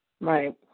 right